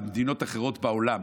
במדינות אחרות בעולם,